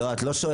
לא, את לא שואלת.